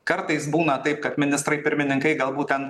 kartais būna taip kad ministrai pirmininkai galbūt ten